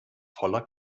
voller